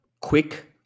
quick